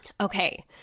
okay